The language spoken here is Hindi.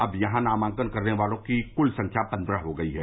अब यहां नामांकन करने वालों की कुल संख्या पन्द्रह हो गयी है